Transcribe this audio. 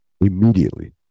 Immediately